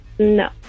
No